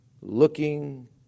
looking